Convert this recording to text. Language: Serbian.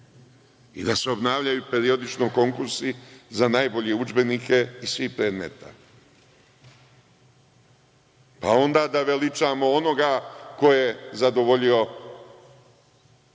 i da se obnavljaju periodično konkursi za najbolje udžbenike iz svih predmeta, pa onda da veličamo onoga ko je zadovoljio kriterije